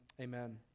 Amen